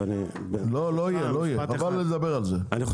לא לא יהיה חבל לדבר על זה,